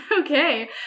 Okay